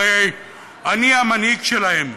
הרי אני המנהיג שלהם.